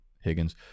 Higgins